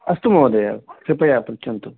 अस्तु महोदय कृपया पृच्छन्तु